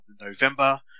November